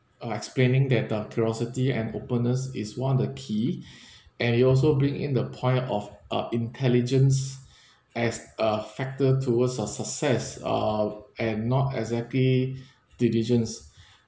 uh explaining that the curiosity and openness is one of the key and you also bring in the point of uh intelligence as a factor towards a success uh and not exactly diligence